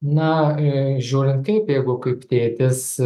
na žiūrint kaip jeigu kaip tėtis